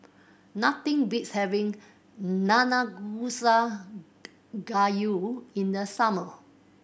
nothing beats having Nanakusa Gayu in the summer